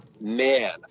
Man